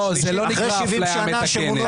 לא, זה לא נקרא אפליה מתקנת.